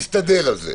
לא נכון.